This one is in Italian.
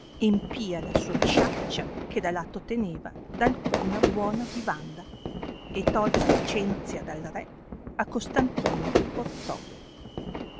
empia la sua bisciaccia che da lato teneva d'alcuna buona vivanda e tolta licenzia dal re a costantino portole i